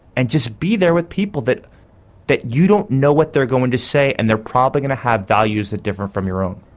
and just be there with people that that you don't know what they're going to say and they're probably going to have values that differ from your own.